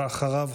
ואחריו,